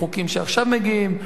החוקים שעכשיו מגיעים,